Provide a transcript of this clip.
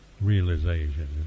realization